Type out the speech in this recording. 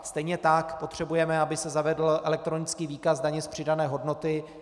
Stejně tak potřebujeme, aby se zavedl elektronický výkaz daně z přidané hodnoty.